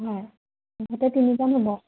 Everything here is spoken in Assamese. হয় মোৰ সৈতে তিনিজন হ'ব